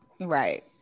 Right